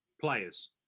players